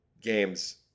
games